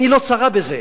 עיני לא צרה בזה,